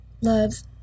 Love's